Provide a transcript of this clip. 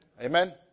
Amen